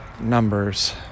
numbers